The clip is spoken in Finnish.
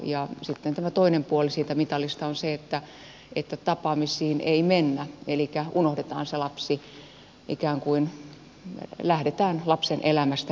ja sitten tämä toinen puoli siitä mitalista on se että tapaamisiin ei mennä elikkä unohdetaan se lapsi ikään kuin lähdetään lapsen elämästä menemään